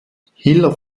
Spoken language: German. hiller